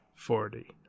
Forty